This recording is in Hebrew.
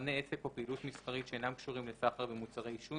"(1)מכנה עסק או פעילות מסחרית שאינם קשורים לסחר במוצרי עישון